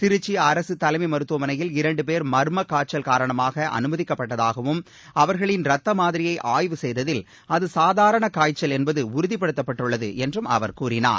திருச்சி அரசு தலைமை மருத்துவமனையில் இரண்டு பேர் மர்ம காய்ச்சல் காரணமாக அனுமதிக்கப்பட்டதாகவும் அவர்களின் இரத்தம் மாதிரியை ஆய்வு செய்ததில் அது சாதாரண காய்ச்சல் என்பது உறுதிபடுத்தப்பட்டுள்ளது என்றும் அவர் கூறினார்